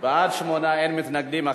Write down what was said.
בעד, אין מתנגדים.